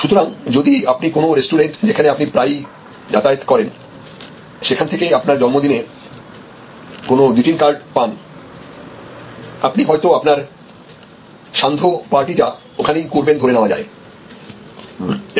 সুতরাং যদি আপনি কোন রেস্টুরেন্ট যেখানে আপনি প্রায়ই যাতায়াত করেন সেখান থেকে আপনার জন্মদিনে কোন গ্রিটিং কার্ডপানআপনি হয়তো আপনার সান্ধ্য পার্টিটা ওখানেই করবেন ধরে নেওয়া যায়